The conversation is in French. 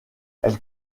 elle